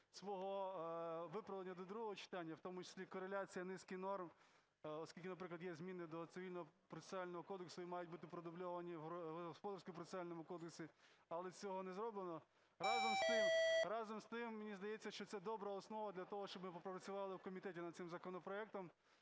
свого виправлення до другого читання, в тому числі кореляція низки норм. Оскільки, наприклад, є зміни до Цивільного процесуального кодексу і мають бути продубльовані в Господарському процесуальному кодексі, але цього не зроблено. Разом з тим, мені здається, що це добра основа для того, щоб ми попрацювали в комітеті над цим законопроектом,